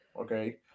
okay